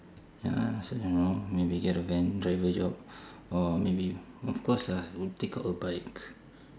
ya so you know maybe get a van driver job or maybe of course I will take up a bike